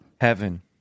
Heaven